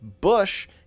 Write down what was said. bush